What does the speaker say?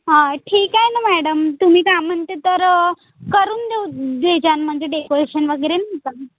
हां ठीक आहे ना मॅडम तुम्ही काय म्हणते तर करून देऊ देजान म्हणजे डेकोरेशन वगैरे नाही का